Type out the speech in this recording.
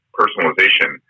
personalization